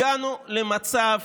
הגענו למצב